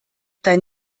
deinen